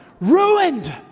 ruined